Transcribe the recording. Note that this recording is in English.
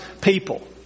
people